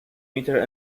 meter